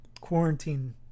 quarantine